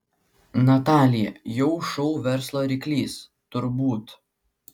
natalija jau šou verslo ryklys turbūt